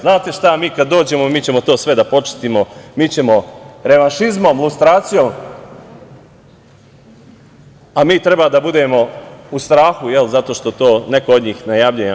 Znate šta, mi kada dođemo, mi ćemo to sve da počistimo, mi ćemo revanšizmom, lustracijom, a mi treba da budemo u strahu zato što to neko do njih najavljuje.